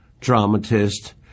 dramatist